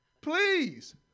Please